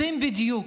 יודעים בדיוק,